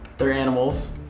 they're animals.